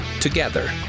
together